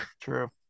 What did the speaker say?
True